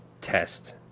test